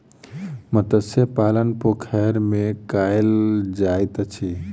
मत्स्य पालन पोखैर में कायल जाइत अछि